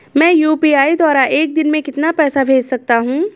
मैं यू.पी.आई द्वारा एक दिन में कितना पैसा भेज सकता हूँ?